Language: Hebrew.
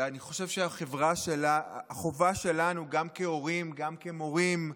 ואני חושב שהחובה שלנו, גם כהורים, גם כמורים,